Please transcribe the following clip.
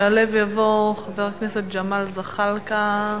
יעלה ויבוא חבר הכנסת ג'מאל זחאלקה,